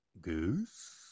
Goose